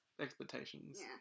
expectations